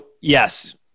yes